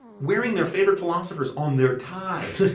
wearing their favorite philosophers on their ties,